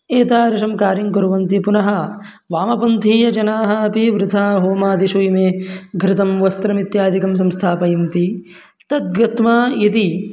एतादृशं कार्यं कुर्वन्ति पुनः वामपन्थीयजनाः अपि वृथा होमादिषु इमे घृतं वस्त्रमित्यादिकं संस्थापयन्ति तद् गत्वा यदि